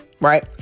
Right